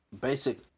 basic